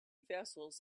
vessels